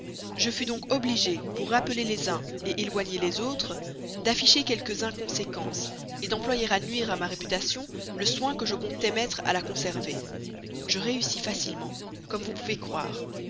je fus donc obligée pour rappeler les uns éloigner les autres d'afficher quelques inconséquences d'employer à nuire à ma réputation le soin que je comptais mettre à la conserver je réussis facilement comme vous pouvez croire